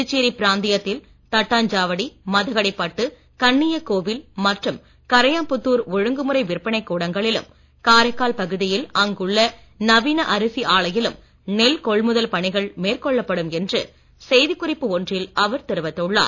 புதுச்சேரி பிராந்தியத்தில் தட்டாஞ்சாவடி மதகடிப்பட்டு கன்னியக் கோவில் மற்றும் கரையாம்புத்தூர் ஒழுங்குமுறை விற்பனைக் கூடங்களிலும் காரைக்கால் பகுதியில் அங்குள்ள நவீன அரிசி ஆலையிலும் நெல் கொள்முதல் பணிகள் மேற்கொள்ளப்படும் என்று செய்தி குறிப்பு ஒன்றில் அவர் தெரிவித்துள்ளார்